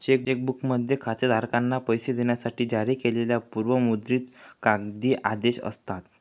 check बुकमध्ये खातेधारकांना पैसे देण्यासाठी जारी केलेली पूर्व मुद्रित कागदी आदेश असतात